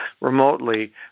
remotely